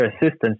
assistance